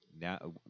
Now